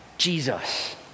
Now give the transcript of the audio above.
Jesus